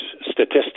statistics